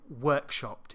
workshopped